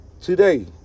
Today